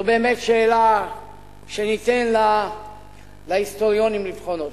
זו באמת שאלה שניתן להיסטוריונים לבחון.